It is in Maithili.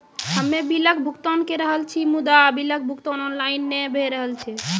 हम्मे बिलक भुगतान के रहल छी मुदा, बिलक भुगतान ऑनलाइन नै भऽ रहल छै?